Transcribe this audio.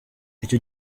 icyo